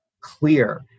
clear